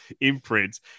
Imprint